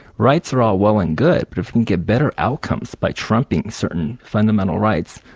rights are all well and good, but if you can get better outcomes by trumping certain fundamental rights,